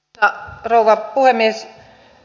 arvoisa rouva puhemies